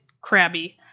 crabby